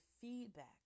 feedback